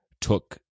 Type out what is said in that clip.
took